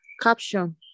caption